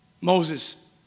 Moses